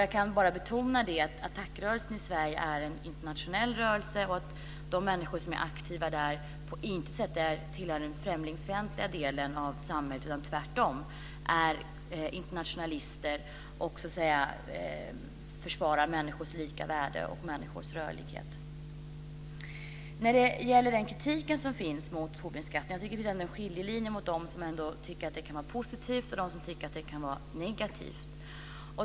Jag kan bara betona att ATTAC-rörelsen i Sverige är en internationell rörelse och att de människor som är aktiva där på intet sätt tillhör den främlingsfientliga delen av samhället. De är tvärtom internationalister, och försvarar människors lika värde och människors rörlighet. När det gäller den kritik som finns mot Tobinskatten så tycker jag att det finns en skiljelinje mellan dem som ändå tycker att skatten kan vara positiv och dem som tycker att den är negativ.